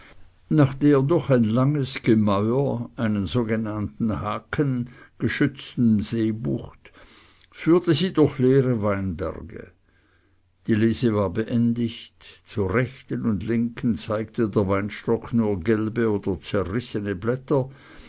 nach der durch ein langes gemäuer einen sogenannten hacken geschützten seebucht führte sie durch leere weinberge die lese war beendigt zur rechten und linken zeigte der weinstock nur gelbe oder zerrissene blätter